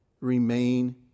remain